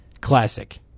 classic